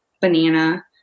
banana